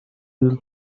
yıl